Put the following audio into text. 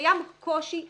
שקיים קושי אכיפתי,